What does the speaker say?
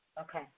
Okay